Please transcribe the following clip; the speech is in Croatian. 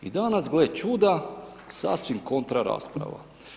I danas gle čuda sasvim kontra rasprava.